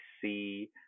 see